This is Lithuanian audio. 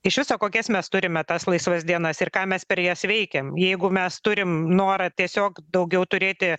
iš viso kokias mes turime tas laisvas dienas ir ką mes per jas veikiam jeigu mes turim norą tiesiog daugiau turėti